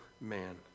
man